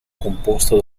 composta